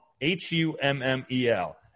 H-U-M-M-E-L